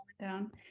down